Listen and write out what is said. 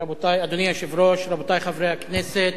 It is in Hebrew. אדוני היושב-ראש, אדוני השר, רבותי חברי הכנסת,